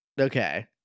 okay